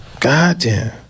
Goddamn